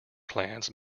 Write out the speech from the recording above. plans